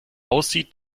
aussieht